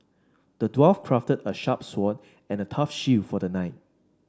the dwarf crafted a sharp sword and a tough shield for the knight